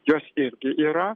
jos irgi yra